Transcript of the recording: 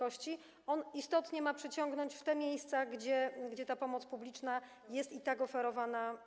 On istotnie ma przyciągnąć ich w te miejsca, gdzie ta pomoc publiczna jest i tak oferowana.